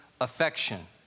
affection